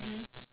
mmhmm